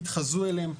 התחזו להם.